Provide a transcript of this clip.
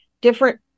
different